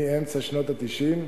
מאמצע שנות ה-90,